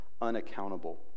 unaccountable